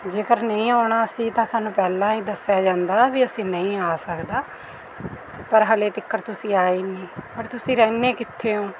ਜੇਕਰ ਨਹੀਂ ਆਉਣਾ ਸੀ ਤਾਂ ਸਾਨੂੰ ਪਹਿਲਾਂ ਹੀ ਦੱਸਿਆ ਜਾਂਦਾ ਵੀ ਅਸੀਂ ਨਹੀਂ ਆ ਸਕਦਾ ਪਰ ਹਾਲੇ ਤਿਕਰ ਤੁਸੀਂ ਆਏ ਹੀ ਨਹੀਂ ਪਰ ਤੁਸੀਂ ਰਹਿੰਦੇ ਕਿੱਥੇ ਹੋ